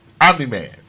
Omni-Man